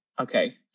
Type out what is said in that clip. okay